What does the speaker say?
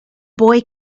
boy